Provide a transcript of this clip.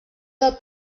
del